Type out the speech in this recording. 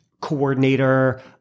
coordinator